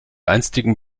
einstigen